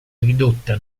ridotta